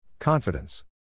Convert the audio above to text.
Confidence